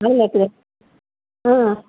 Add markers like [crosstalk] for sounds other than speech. [unintelligible] ಹಾಂ